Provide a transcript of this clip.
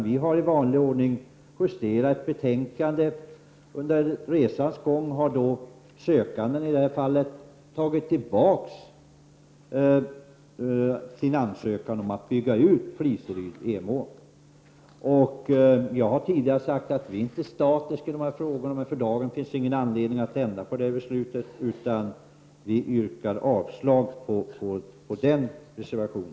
Vi har i vanlig ordning justerat betänkandet, och under resans gång har sökanden i detta fall tagit tillbaka sin ansökan om utbyggnad av Fliseryd Emån. Jag har tidigare sagt att vi inte är statiska, men för dagen finns det ingen anledning att ändra på beslutet. Därför yrkar jag avslag på denna reservation.